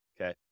Okay